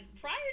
prior